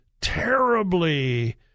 terribly